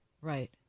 right